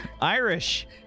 Irish